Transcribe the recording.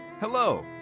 Hello